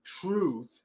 truth